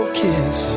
kiss